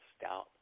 Stout